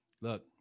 Look